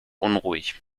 unruhig